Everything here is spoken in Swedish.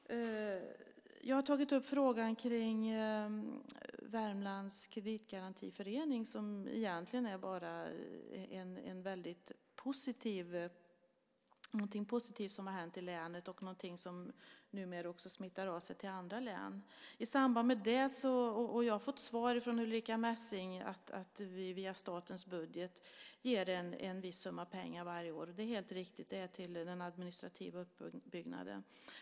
Jag har tagit upp frågan om Värmlands Kreditgarantiförening, som egentligen är något väldigt positivt som har hänt i länet och någonting som numera också smittar av sig till andra län. Jag har fått svar från Ulrica Messing att vi via statens budget ger en viss summa pengar varje år. Det är helt riktigt. Det är till den administrativa uppbyggnaden.